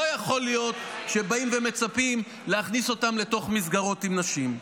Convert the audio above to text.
לא יכול להיות שבאים ומצפים להכניס אותם לתוך מסגרות עם נשים.